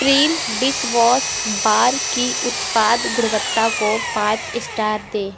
Pril dishwash bar की उत्पाद गुणवत्ता को पाँच स्टार दें